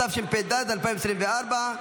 התשפ"ד 2024,